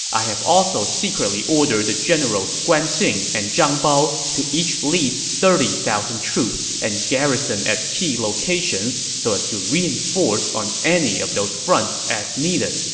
i have also secretly ordered the generals guan xing and zhang bao to each lead thirty thousand troops and garrison at key locations so as to reinforce on any of those fronts as needed.